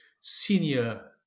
senior